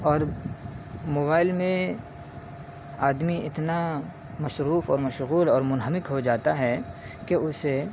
اور موبائل میں آدمی اتنا مصروف اور مشغول اور منہمک ہو جاتا ہے کہ اسے